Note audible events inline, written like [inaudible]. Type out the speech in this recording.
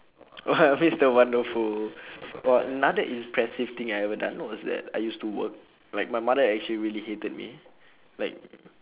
!whoa! mister wonderful [breath] oh another impressive thing I ever done what was that I used to work like my mother actually really hated me like [noise]